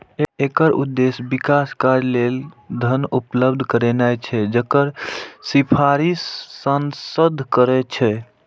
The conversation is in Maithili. एकर उद्देश्य विकास कार्य लेल धन उपलब्ध करेनाय छै, जकर सिफारिश सांसद करै छै